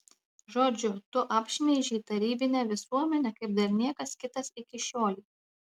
žodžiu tu apšmeižei tarybinę visuomenę kaip dar niekas kitas iki šiolei